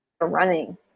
running